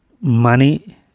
money